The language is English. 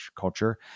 culture